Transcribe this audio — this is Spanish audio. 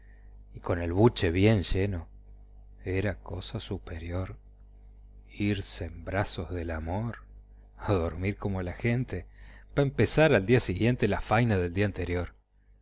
y con el buche bien lleno era cosa superior irse en brazos del amor a dormir como la gente pa empezar el día siguiente las fainas del día anterior